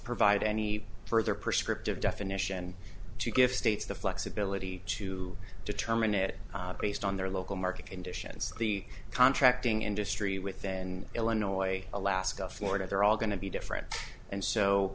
provide any further prescriptive definition to give states the flexibility to determine it based on their local market conditions the contracting industry within illinois alaska florida they're all going to be different and